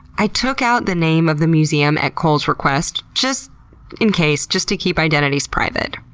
i took out the name of the museum at cole's request, just in case, just to keep identities private.